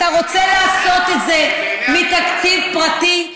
אתה רוצה לעשות את זה מתקציב פרטי,